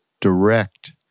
direct